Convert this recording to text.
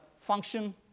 function